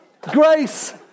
grace